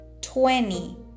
twenty